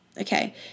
Okay